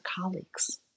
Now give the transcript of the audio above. colleagues